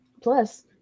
plus